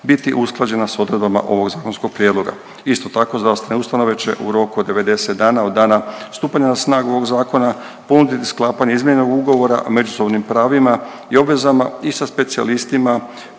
biti usklađena sa odredbama ovog zakonskog prijedloga. Isto tako, zdravstvene ustanove će u roku od 90 dana od dana stupanja na snagu ovog zakona ponuditi sklapanje izmijenjenog ugovora o međusobnim pravima i obvezama i sa specijalistima